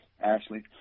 Ashley